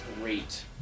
great